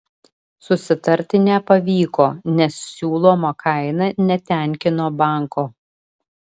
susitarti nepavyko nes siūloma kaina netenkino banko